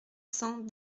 cents